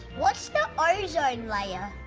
what's the ozone layer?